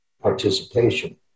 participation